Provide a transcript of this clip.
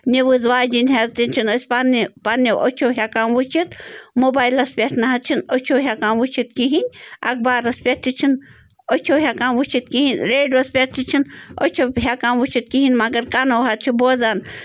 news واجیٚنۍ حظ تہِ چھِن أسۍ پَنٛنہِ پنٛنیو أچھو ہٮ۪کان وٕچھِتھ موبایلَس پٮ۪ٹھ نَہ حظ چھِنہٕ أچھو ہٮ۪کان وٕچھِتھ کِہیٖنۍ اَخبارَس پٮ۪ٹھ تہِ چھِنہٕ أچھو ہٮ۪کان وٕچھِتھ کِہیٖنۍ ریڈیوَس پٮ۪ٹھ تہِ چھِنہٕ أچھو ہٮ۪کان وٕچھِتھ کِہیٖنۍ مگر کَنَو حظ چھِ بوزان